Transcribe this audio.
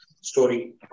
story